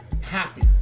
happy